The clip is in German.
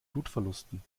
blutverlusten